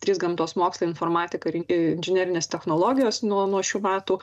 trys gamtos mokslai informatika ir inžinerinės technologijos nuo nuo šių metų